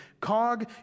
cog